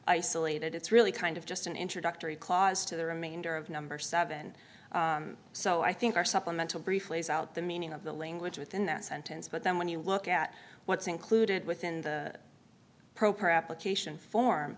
isolated it's really kind of just an introductory clause to the remainder of number seven so i think our supplemental brief lays out the meaning of the language within that sentence but then when you look at what's included within the proper application form